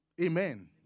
Amen